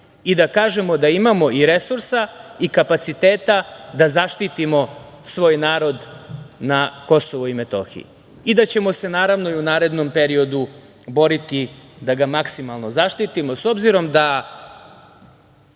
da kažemo da imamo i resursa i kapaciteta da zaštitimo svoj narod na KiM i da ćemo se, naravno, i u narednom periodu boriti da ga maksimalno zaštitimo, s obzirom na